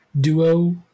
duo